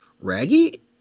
Raggy